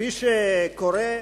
כפי שקורה,